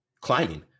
climbing